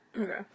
Okay